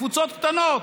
קבוצות קטנות,